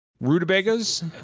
Rutabagas